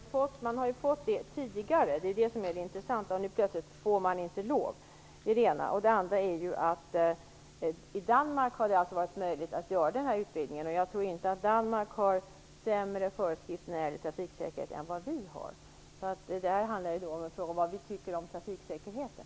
Fru talman! Tidigare har man ju fått köra motorcykel - det är detta som är så intressant - men nu plötsligt får man inte göra det. I Danmark har det alltså varit möjligt att göra den här utvidgningen. Jag tror inte att Danmark har sämre föreskrifter än vi när det gäller trafiksäkerheten, så här handlar det om vad vi tycker om trafiksäkerheten.